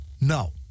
no